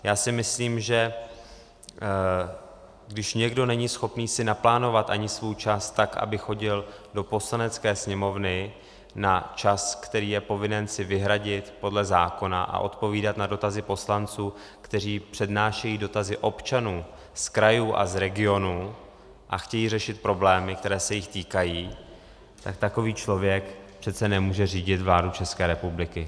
Já si myslím, že když někdo není schopen si naplánovat ani svůj čas tak, aby chodil do Poslanecké sněmovny na čas, který je povinen si vyhradit podle zákona, a odpovídat na dotazy poslanců, kteří přednášejí dotazy občanů z krajů a z regionů a chtějí řešit problémy, které se jich týkají, tak takový člověk přece nemůže řídit vládu České republiky.